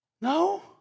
No